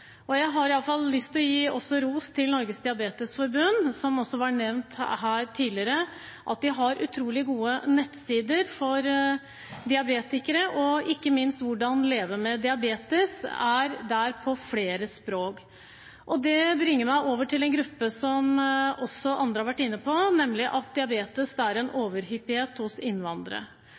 Jeg vil også gi ros til Norges Diabetesforbund, som også var nevnt her tidligere. De har utrolig gode nettsider for diabetikere. Ikke minst finnes det der informasjon på flere språk om hvordan man kan leve med diabetes. Det bringer meg over til noe som også andre har vært inne på, nemlig at det er en overhyppighet av diabetes blant innvandrere.